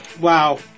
Wow